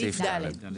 סעיף (ד).